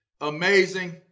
Amazing